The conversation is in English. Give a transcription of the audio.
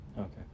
Okay